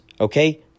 Okay